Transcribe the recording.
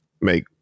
make